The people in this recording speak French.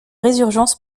résurgence